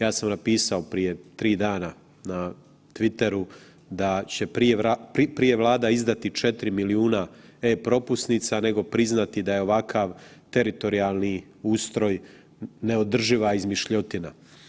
Ja sam napisao prije 3 dana na twiteru da će prije Vlada izdati 4 milijuna e-propusnica nego priznati da je ovakav teritorijalni ustroj neodrživa izmišljotina.